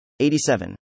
87